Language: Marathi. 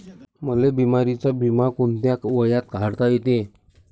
मले बिमारीचा बिमा कोंत्या वयात काढता येते?